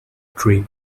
tree